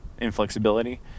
inflexibility